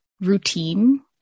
routine